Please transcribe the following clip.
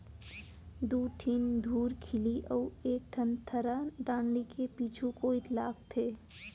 दू ठिन धुरखिली अउ एक ठन थरा डांड़ी के पीछू कोइत लागथे